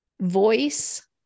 voice